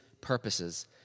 purposes